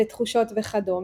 בתחושות וכדומה.